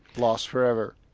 lost forever.